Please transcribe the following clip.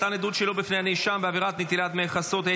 מתן עדות שלא בפני הנאשם בעבירת נטילת דמי חסות),